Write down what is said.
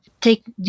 take